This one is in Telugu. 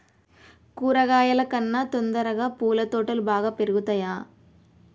కూరగాయల కన్నా తొందరగా పూల తోటలు బాగా పెరుగుతయా?